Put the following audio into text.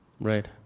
Right